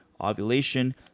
ovulation